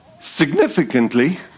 Significantly